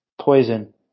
poison